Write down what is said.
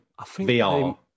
VR